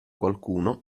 qualcuno